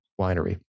Winery